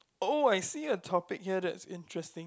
oh I see a topic here that's interesting